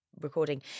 recording